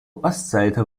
ostseite